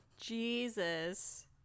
Jesus